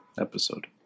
episode